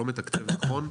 לא מתקצב נכון,